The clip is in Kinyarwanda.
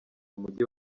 mujyi